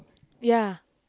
ya